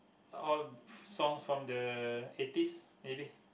all songs from the eighties eighty